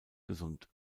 gesund